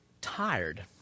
tired